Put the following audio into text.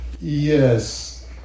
Yes